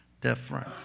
different